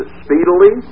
speedily